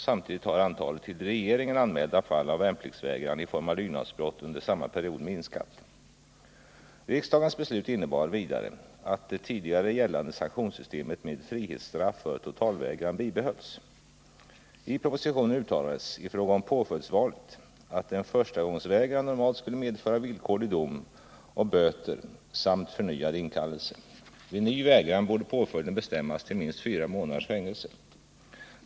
Samtidigt har antalet till regeringen anmälda fall av värnpliktsvägran i form av lydnadsbrott under samma period minskat. I propositionen uttalades i fråga om påföljdsvalet att en förstagångsvägran normalt skulle medföra villkorlig dom och böter samt förnyad inkallelse. Vid ny vägran borde påföljden bestämmas till minst fyra månaders fängelse.